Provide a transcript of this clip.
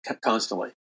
constantly